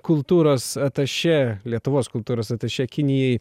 kultūros atašė lietuvos kultūros atašė kinijai